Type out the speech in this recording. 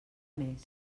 mes